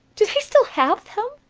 do they still have them?